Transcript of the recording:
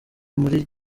muri